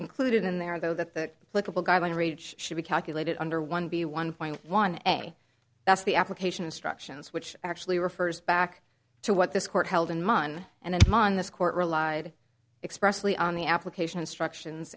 included in there though that political guideline rates should be calculated under one b one point one that's the application instructions which actually refers back to what this court held in money and then in this court relied expressly on the application instructions